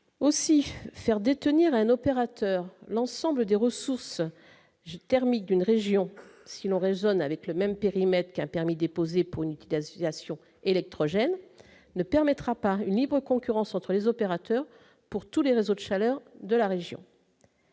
Aussi faire détenir un opérateur, l'ensemble des ressources géothermiques d'une région, si l'on raisonne avec le même périmètre qu'a permis déposés pour une thèse filiation électrogènes ne permettra pas une libre concurrence entre les opérateurs pour tous les réseaux d'chaleur de la région,